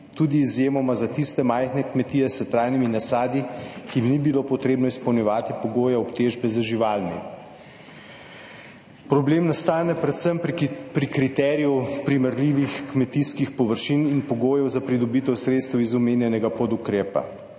tudi izjemoma za tiste majhne kmetije s trajnimi nasadi, ki jim ni bilo potrebno izpolnjevati pogojev obtežbe z živalmi. Problem nastane predvsem pri kriteriju primerljivih kmetijskih površin in pogojev za pridobitev sredstev iz omenjenega podukrepa.